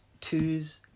twos